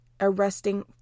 arresting